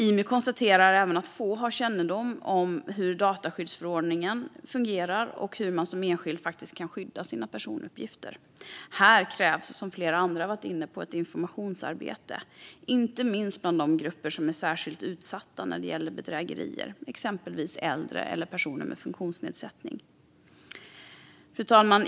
Imy konstaterar även att få har kännedom om hur dataskyddsförordningen fungerar och om hur man som enskild faktiskt kan skydda sina personuppgifter. Här krävs, som flera andra har varit inne på, ett informationsarbete, inte minst bland de grupper som är särskilt utsatta när det gäller bedrägerier, exempelvis äldre eller personer med funktionsnedsättning. Fru talman!